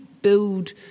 build